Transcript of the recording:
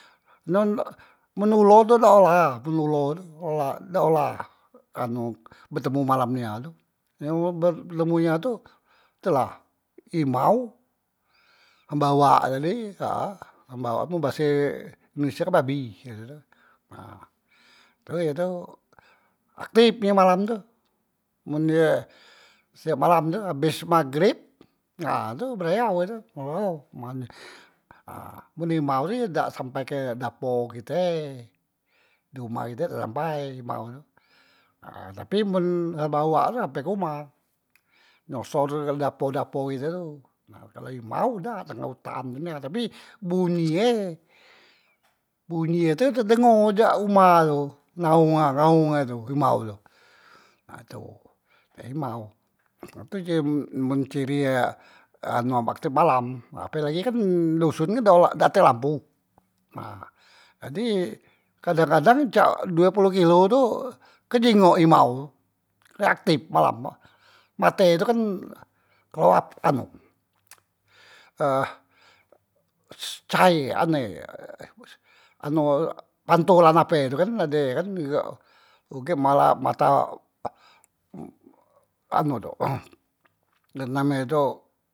Nun men ulo tu dak ola men ulo tu ola dak ola anu betemu malam nia tu, yang be betemu malam nia tu tula himau, hambawak tadi hak a hambawak men base indonesia kan babi ye tutu nah, ye tu aktip men malam tu, men ye setiap malam tu abes magreb na tu berayau e tu ngeleho men, ha men himau tadi dak sampai ke dapo kite, di uma kite dak sampai imau tu nah tapi men hambawak tu hampe ke uma nyosor ke dapo- dapo kite tu, nah kalo imau dak tengah utan tu nia, tapi bunyi e bunyi e tu tedengo jak uma tu ngau nga ngaung e tu imau tu, nah tu imau na tu ci men cirie anu aktip malam, nah apelagi kan doson kan dak ola dak tek lampu, nah jadi kadang- kadang jak due poloh kilo tu kejingok imau tu, kan aktip malam a, mate e tu kan kelap anu eeh caye ane anu pantulan ape tu kan ade kan ugek mala mata anu tu name tu.